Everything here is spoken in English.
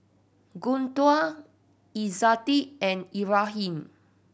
Guntur Izzati and Ibrahim